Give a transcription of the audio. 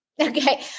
Okay